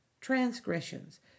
Transgressions